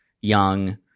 young